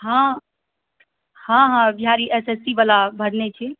हाँ हाँ हाँ Bihar E S S C बला भरने छी